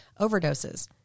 overdoses